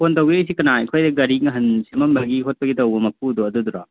phone ꯇꯧꯕꯤꯔꯛꯏꯁꯤ ꯀꯅꯥ ꯑꯩꯈꯣꯏꯗ ꯒꯥꯔꯤ ꯅꯍꯥꯟ ꯁꯦꯝꯃꯝꯕꯒꯤ ꯈꯣꯠꯄꯒꯤ ꯇꯧꯕ ꯃꯄꯨꯗꯣ ꯑꯗꯨꯗꯨꯔꯣ